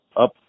up